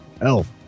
Elf